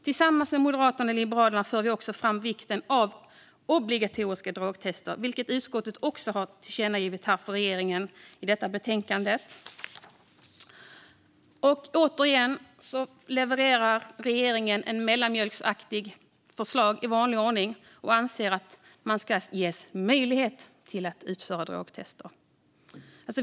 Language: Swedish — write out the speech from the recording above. Tillsammans med Moderaterna och Liberalerna för vi också fram vikten av obligatoriska drogtester, vilket utskottet har förslagit för regeringen i ett tillkännagivande i detta betänkande. I vanlig ordning levererar regeringen ett mellanmjölksaktigt förslag om att det ska ges möjlighet att utföra drogtester.